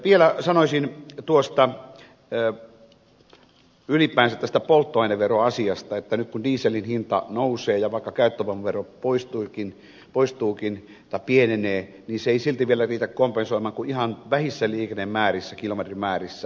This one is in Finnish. vielä sanoisin ylipäänsä tästä polttoaineveroasiasta että nyt kun dieselin hinta nousee ja vaikka käyttövoimavero pienenee se ei silti vielä riitä kompensoimaan kuin ihan vähissä liikennemäärissä kilometrimäärissä